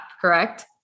correct